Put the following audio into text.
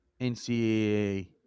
NCAA